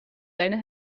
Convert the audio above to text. seine